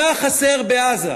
מה חסר בעזה?